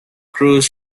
cruise